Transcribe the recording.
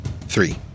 Three